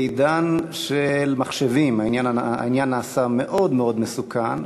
בעידן של מחשבים העניין נעשה מאוד מאוד מסוכן,